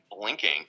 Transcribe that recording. blinking